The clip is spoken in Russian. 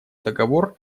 договор